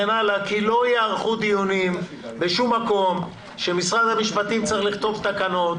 כי לא ייערכו דיונים בשום מקום שמשרד המשפטים צריך לכתוב תקנות